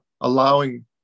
allowing